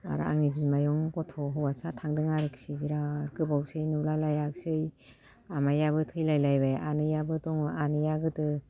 आरो आंनि बिमायं गथ' हौवासा थांदों आरोखि बिराद गोबावसै नुलाय लायाखिसै आमायाबो थैलाय लायबाय आनैयाबो दङ आनैया गोदो